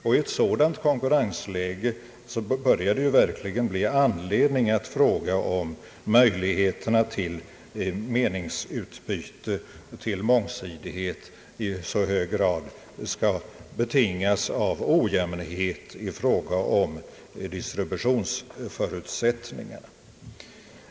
I ett sådant konkurrensläge börjar det verkligen bli anledning att fråga om möjligheterna till meningsutbyte och till mångsidighet i så hög grad skall betingas av ojämnhet i fråga om distributionsförutsättningarna.